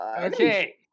Okay